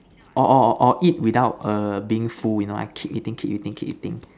or or or or eat without err being full you know I keep eating keep eating keep eating